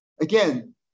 again